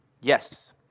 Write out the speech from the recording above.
Yes